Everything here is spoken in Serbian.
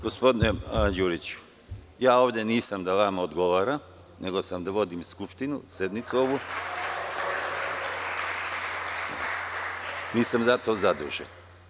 Gospodine Đuriću, ja ovde nisam da vama odgovaram, nego sam da vodim Skupštinu, sednicu ovu, niti sam za to zadužen.